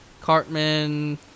Cartman